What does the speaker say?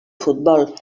futbol